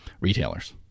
retailers